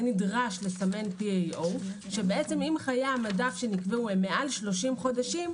נדרש לסמן PAO שבעצם עם חיי המדף שנקבעו הם מעל 30 חודשים,